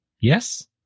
yes